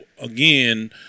again